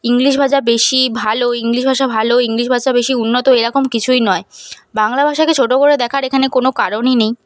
English ভাষা বেশি ভালো ইংলিশ ভাষা ভালো ইংলিশ ভাষা বেশি উন্নত এরকম কিছুই নয় বাংলা ভাষাকে ছোটো করে দেখার এখানে কোনো কারণই নেই